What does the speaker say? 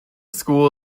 school